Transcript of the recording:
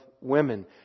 women